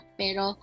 pero